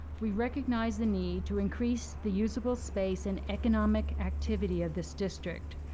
we recognize the need to increase the usable space and economic activity of this district.